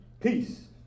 peace